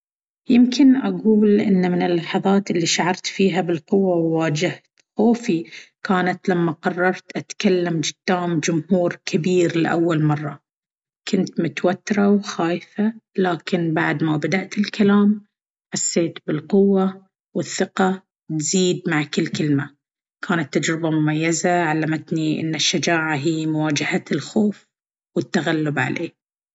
يمكن أقول إن من اللحظات اللي شعرت فيها بالقوة وواجهت خوفي كانت لما قررت أتكلم جدام جمهور كبير لأول مرة. كنت متوترة وخايفة، لكن بعد ما بدأت الكلام، حسيت بالقوة والثقة تزيد مع كل كلمة. كانت تجربة مميزة علمتني إن الشجاعة هي مواجهة الخوف والتغلب عليه.